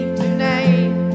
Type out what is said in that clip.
tonight